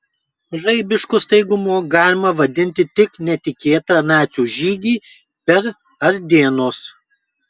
žaibišku staigumu galima vadinti tik netikėtą nacių žygį per ardėnus